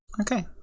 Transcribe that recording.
Okay